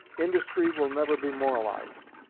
industry will never be moralized,